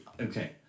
Okay